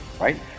right